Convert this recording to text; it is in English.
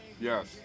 Yes